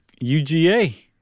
UGA